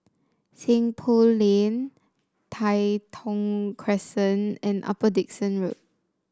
Seng Poh Lane Tai Thong Crescent and Upper Dickson Road